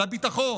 על הביטחון,